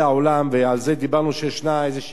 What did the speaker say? ועל זה דיברנו שישנה איזושהי רגישות: